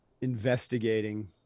investigating